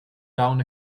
down